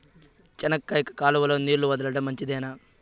చెనక్కాయకు కాలువలో నీళ్లు వదలడం మంచిదేనా?